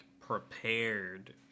prepared